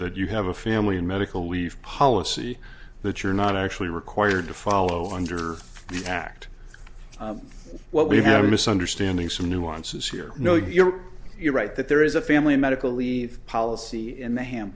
that you have a family and medical leave policy that you're not actually required to follow under the act what we have a misunderstanding some nuances here no you're right that there is a family medical leave policy in the hand